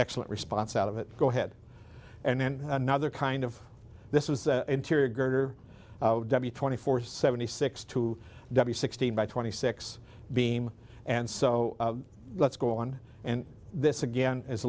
excellent response out of it go ahead and then another kind of this was interior girder twenty four seventy six to sixteen by twenty six beam and so let's go on and this again is